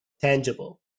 tangible